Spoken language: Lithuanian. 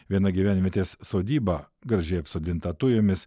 viena gyvenvietės sodyba gražiai apsodinta tujomis